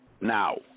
now